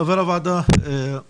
חבר הוועדה, סובה.